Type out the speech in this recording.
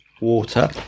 water